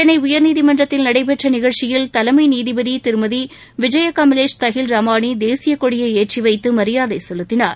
சென்னை உயர்நீதிமன்றத்தில் நடைபெற்ற நிகழ்ச்சியில் தலைமை நீதிபதி திருமதி விஜய கமலேஷ் தஹில் ரமணி தேசியக்கொடியை ஏற்றிவைத்து மரியாதை செலுத்தினார்